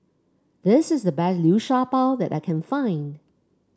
this is the best Liu Sha Bao that I can find